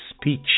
speech